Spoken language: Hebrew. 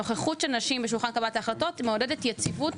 נוכחות של נשים בשולחן קבלת ההחלטות מעודדת יציבות,